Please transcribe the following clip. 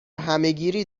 همهگیری